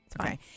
okay